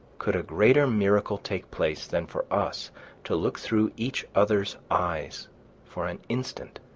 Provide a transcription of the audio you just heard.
could a greater miracle take place than for us to look through each other's eyes for an instant?